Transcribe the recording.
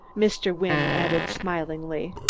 mr. wynne added smilingly.